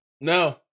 No